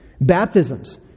baptisms